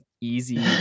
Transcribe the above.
easy